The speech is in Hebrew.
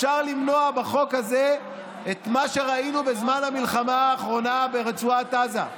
אפשר למנוע בחוק הזה את מה שראינו בזמן המלחמה האחרונה ברצועת עזה.